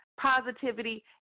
Positivity